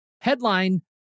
headline